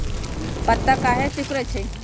पत्ता काहे सिकुड़े छई?